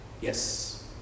Yes